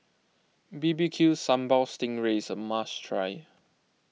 B B Q Sambal Sting Ray is a must try